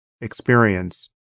experience